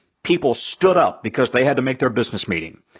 people stood up because they had to make their business meeting.